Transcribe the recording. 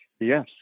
Yes